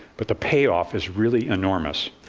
but the pay-off is really enormous.